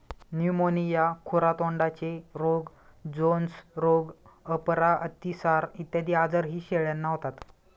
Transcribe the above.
pneumonia, खुरा तोंडाचे रोग, जोन्स रोग, अपरा, अतिसार इत्यादी आजारही शेळ्यांना होतात